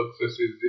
successes